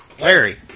Larry